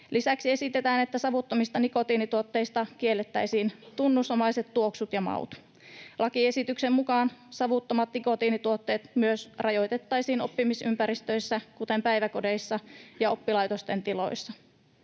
Lisäksi esitetään, että savuttamista nikotiinituotteista kiellettäisiin tunnusomaiset tuoksut ja maut. Lakiesityksen mukaan savuttomat nikotiinituotteet myös rajoitettaisiin oppimisympäristöissä, kuten päiväkodeissa ja oppilaitosten tiloissa,